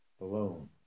alone